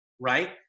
right